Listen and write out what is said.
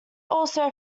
also